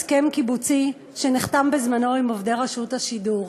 הסכם קיבוצי שנחתם בזמנו עם עובדי רשות השידור.